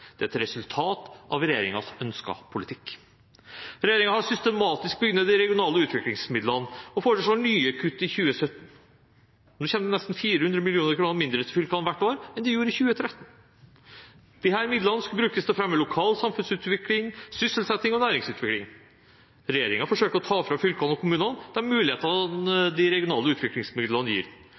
det er et resultat av regjeringens ønskede politikk. Regjeringen har systematisk bygd ned de regionale utviklingsmidlene og foreslår nye kutt i 2017. Nå kommer det nesten 400 mill. kr mindre til fylkene hvert år enn det gjorde i 2013. Disse midlene skulle brukes til å fremme lokal samfunnsutvikling, sysselsetting og næringsutvikling. Regjeringen forsøker å ta fra fylkene og kommunene de mulighetene som de regionale utviklingsmidlene gir.